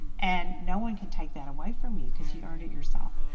and no one can take that away from you because you earned it yourself.